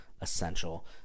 essential